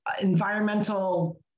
environmental